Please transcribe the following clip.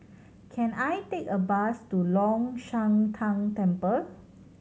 can I take a bus to Long Shan Tang Temple